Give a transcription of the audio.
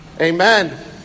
Amen